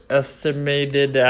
estimated